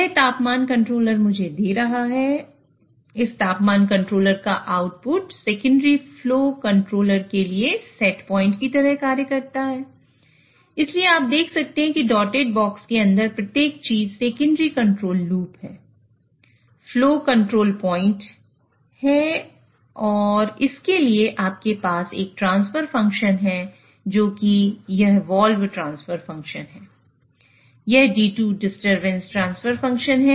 यह d1 disturbance transfer function है